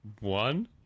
One